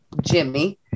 Jimmy